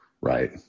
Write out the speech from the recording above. right